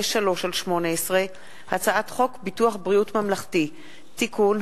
השקעה בתאגידים המקיימים קשר עסקי עם אירן (תיקון,